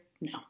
No